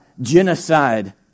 genocide